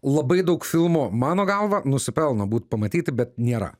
labai daug filmų mano galva nusipelno būt pamatyti bet nėra